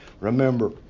Remember